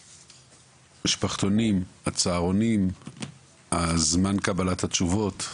המשפחתונים, הצהרונים, זמן קבלת התשובות,